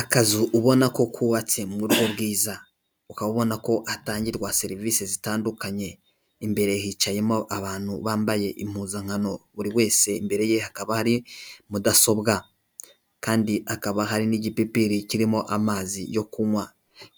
Akazu ubona ko kubatse mu buryo bwiza, ukaba ubona ko hatangirwa serivisi zitandukanye, imbere hicayemo abantu bambaye impuzankano buri wese mbere ye hakaba hari mudasobwa, kandi hakaba hari n'igipipeiri kirimo amazi yo kunywa,